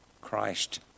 Christ